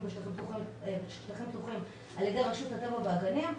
בשטחים פתוחים על ידי רשות הטבע והגנים,